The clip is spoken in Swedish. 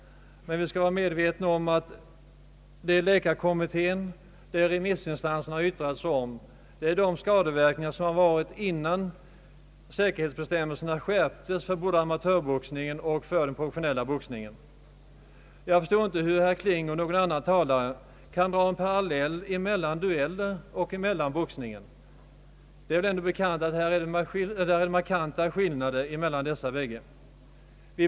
Vi bör emellertid vara medvetna om att vad läkarkommittén och remissinstanserna yttrat sig om är de skadeverkningar som inträffade innan säkerhetsbestämmelserna skärptes för både amatörboxningen och den professionella boxningen. Jag förstår inte hur herr Kling eller någon annan kan dra paralleller mellan dueller och boxning. Det är markanta skillnader mellan dessa båda.